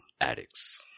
addicts